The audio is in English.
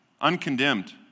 uncondemned